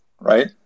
right